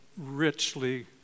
richly